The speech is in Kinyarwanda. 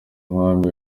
umwami